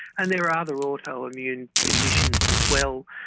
and there are other autoimmune conditions as well,